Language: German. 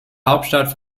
hauptstadt